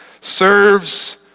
serves